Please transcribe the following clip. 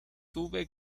tuve